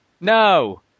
No